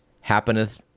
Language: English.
happeneth